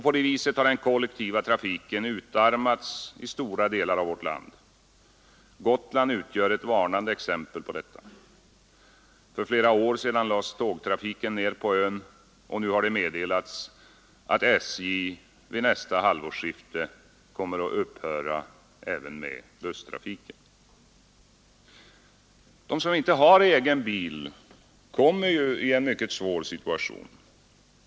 På det viset har den kollektiva trafiken utarmats i stora delar av vårt land. Gotland utgör ett varnande exempel på detta. För flera år sedan lades tågtrafiken ner på ön, och nu har det meddelats att SJ vid nästa halvårsskifte kommer att upphöra även med busstrafiken. De som inte har egen bil kommer i en svår situation.